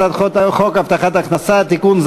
הצעת חוק הבטחת הכנסה (תיקון,